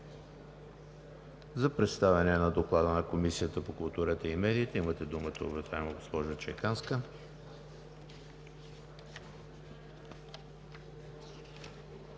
За представяне на Доклада на Комисията по културата и медиите – имате думата, уважаема госпожо Чеканска.